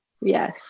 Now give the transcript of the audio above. yes